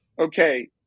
okay